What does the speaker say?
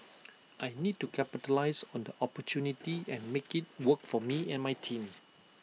I need to capitalise on the opportunity and make IT work for me and my team